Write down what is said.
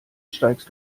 steigst